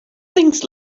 things